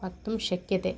वक्तुं शक्यते